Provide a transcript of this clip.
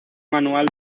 manual